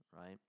right